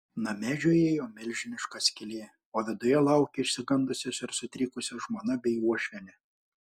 name žiojėjo milžiniška skylė o viduje laukė išsigandusios ir sutrikusios žmona bei uošvienė